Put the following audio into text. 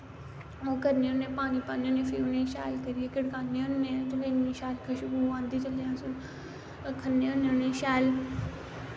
ओ करने होने पानी पान्ने होन्ने फ्ही उनेंई शैल करियै गड़काने होन्ने ते फ्ही इन्नी शैल खशबू आंदी जिसले अस खन्ने होन्ने शैल